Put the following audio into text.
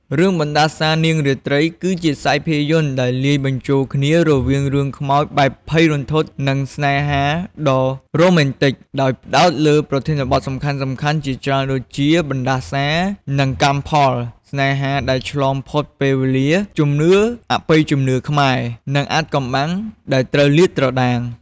រឿងបណ្ដាសានាងរាត្រីគឺជាខ្សែភាពយន្តដែលលាយបញ្ចូលគ្នារវាងរឿងខ្មោចបែបភ័យរន្ធត់ និងស្នេហាដ៏រ៉ូមែនទិក ដោយផ្តោតលើប្រធានបទសំខាន់ៗជាច្រើនដូចជា បណ្ដាសា និងកម្មផល ស្នេហាដែលឆ្លងផុតពេលវេលា ជំនឿអបិយជំនឿខ្មែរ នឹងអាថ៌កំបាំងដែលត្រូវលាតត្រដាង ។